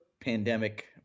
pandemic